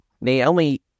Naomi